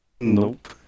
Nope